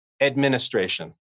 Administration